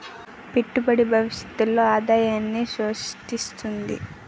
పెట్టుబడి భవిష్యత్తులో ఆదాయాన్ని స్రృష్టిస్తుంది